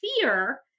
fear